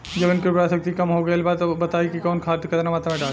जमीन के उर्वारा शक्ति कम हो गेल बा तऽ बताईं कि कवन खाद केतना मत्रा में डालि?